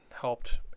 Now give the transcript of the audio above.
helped